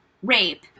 rape